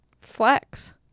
flex